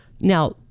Now